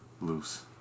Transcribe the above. Loose